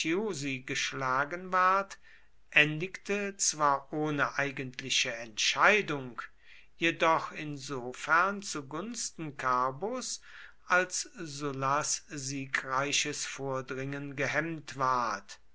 geschlagen ward endigte zwar ohne eigentliche entscheidung jedoch insofern zu gunsten carbos als sullas siegreiches vordringen gehemmt ward